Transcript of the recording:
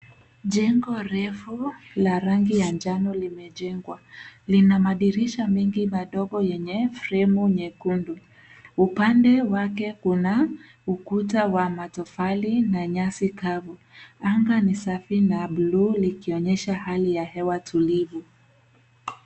Jengo refu la rangi ya njano limejengwa, lina madirisha mengi madogo yenye fremu nyekundu. Upande wake kuna ukuta wa matofali na nyasi kavu. Anga ni safi na bulu, likionyesha hali ya hewa tulivyo.